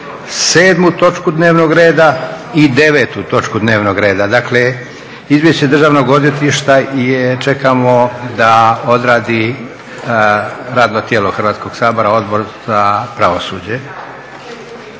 7. točku dnevnog reda i 9. točku dnevnog reda, dakle Izvješće Državnog odvjetništva čekamo da odradi radno tijelo Hrvatskog sabora Odbor za pravosuđe.